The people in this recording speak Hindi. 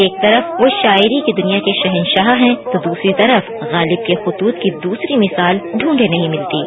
एक तरफ वो शायरी को दुनिया के शहंशाह हैं तो दूसरी तरफ गालिब के खुतूत की दूसरी मिसाल दूंढे नहीं मिलतीं